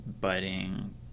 budding